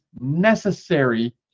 necessary